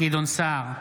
גדעון סער,